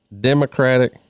democratic